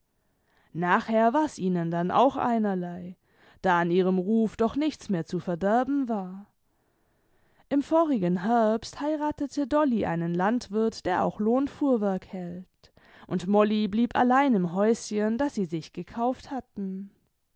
nachher war's ihnen dann auch einerlei da an ihrem ruf doch nichts mehr zu verderben war im vorigen herbst heiratete dolly einen landwirt der auch lohnfuhrwerk hält imd molly blieb allein im häuschen das sie sich gekauft hatten